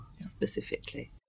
specifically